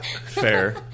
Fair